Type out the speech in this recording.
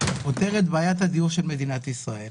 פותר את בעיית הדיור של מדינת ישראל,